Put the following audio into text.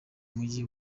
mujyi